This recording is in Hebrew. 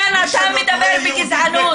כן, אתה מדבר בגזענות.